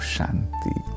Shanti